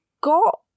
got